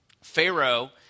Pharaoh